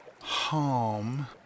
harm